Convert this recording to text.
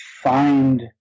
find